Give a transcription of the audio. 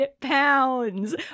pounds